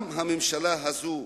שהממשלה הזאת,